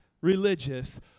religious